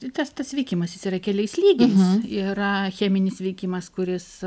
tas tas veikimas jis yra keliais lygiais yra cheminis veikimas kuris